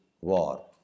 war